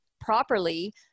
properly